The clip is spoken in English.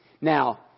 Now